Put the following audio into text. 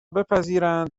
بپذیرند